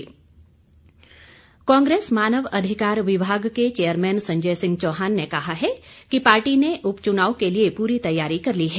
चुनाव मुददा कांग्रेस मानव अधिकार विभाग के चेयरमैन संजय सिंह चौहान ने कहा है कि पार्टी ने उपचुनाव के लिए पूरी तैयारी कर ली है